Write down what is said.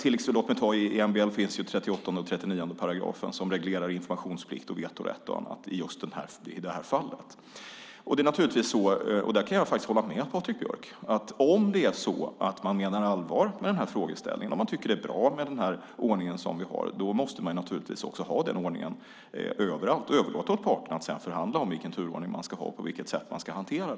I MBL finns § 38 och § 39, som reglerar informationsplikt, vetorätt och annat. Det är naturligtvis så - och där kan jag faktiskt hålla med Patrik Björck - att man om man menar allvar med denna frågeställning och tycker att den ordning vi har är bra måste ha den ordningen överallt. Man överlåter sedan åt parterna att förhandla om vilken turordning som ska gälla och på vilket sätt det ska hanteras.